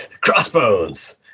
Crossbones